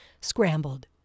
scrambled